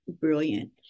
brilliant